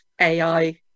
ai